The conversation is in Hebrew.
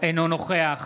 אינו נוכח